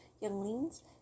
younglings